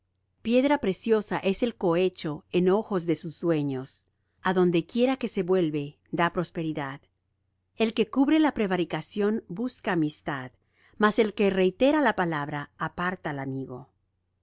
piedra preciosa es el cohecho en ojos de sus dueños a donde quiera que se vuelve da prosperidad el que cubre la prevaricación busca amistad mas el que reitera la palabra aparta al amigo